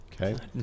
Okay